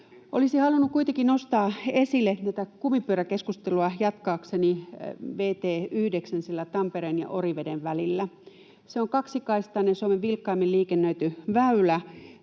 Olisi halunnut kuitenkin nostaa esille — tätä kumipyörän keskustelua jatkaakseni — vt 9:n Tampereen ja Oriveden välillä. Se on kaksikaistainen Suomen vilkkaimmin liikennöity väylä.